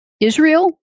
Israel